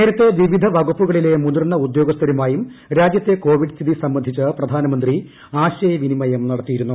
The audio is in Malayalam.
നേരത്തെവിവിധ വകുപ്പുകളിലെ മുതിർന്ന ഉദ്യോഗസ്ഥരുമായും രാജ്യത്തെ കോവിഡ് സ്ഥിതി സംബന്ധിച്ച് പ്രധാനമന്ത്രി ആശയവിനിമയം നടത്തിയിരുന്നു